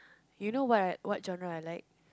you know what what genre I like